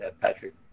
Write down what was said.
Patrick